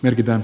yritän